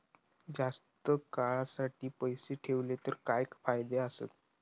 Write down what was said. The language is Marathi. जास्त काळासाठी पैसे ठेवले तर काय फायदे आसत?